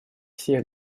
всех